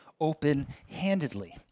open-handedly